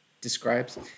describes